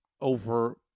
over